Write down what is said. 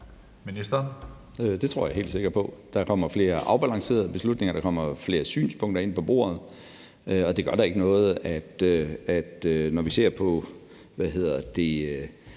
Bødskov): Det tror jeg helt sikkert på. Der kommer flere afbalancerede beslutninger, og der kommer flere synspunkter ind på bordet. Og det gør da ikke noget, når vi ser på toppen